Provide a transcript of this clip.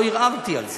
לא ערערתי על זה.